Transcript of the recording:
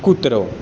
કૂતરો